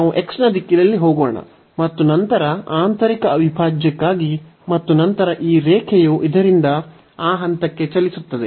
ನಾವು x ನ ದಿಕ್ಕಿನಲ್ಲಿ ಹೋಗೋಣ ಮತ್ತು ನಂತರ ಆಂತರಿಕ ಅವಿಭಾಜ್ಯಕ್ಕಾಗಿ ಮತ್ತು ನಂತರ ಈ ರೇಖೆಯು ಇದರಿಂದ ಆ ಹಂತಕ್ಕೆ ಚಲಿಸುತ್ತದೆ